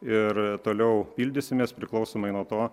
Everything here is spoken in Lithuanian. ir toliau pildysimės priklausomai nuo to